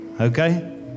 Okay